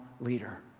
leader